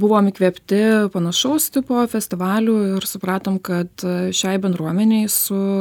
buvom įkvėpti panašaus tipo festivalių ir supratom kad šiai bendruomenei su